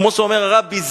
כמו שאומר הרבי,